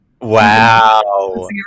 Wow